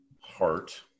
heart